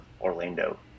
Orlando